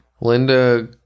Linda